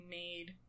made